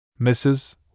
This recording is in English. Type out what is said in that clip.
Mrs